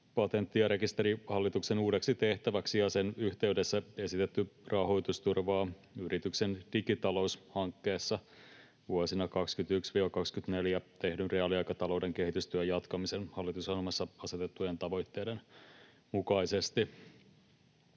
Patentti‑ ja rekisterihallituksen uudeksi tehtäväksi ja sen yhteydessä esitetty rahoitus turvaavat Yrityksen digitalous ‑hankkeessa vuosina 21—24 tehdyn reaaliaikatalouden kehitystyön jatkamisen hallitusohjelmassa asetettujen tavoitteiden mukaisesti.